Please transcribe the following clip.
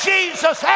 Jesus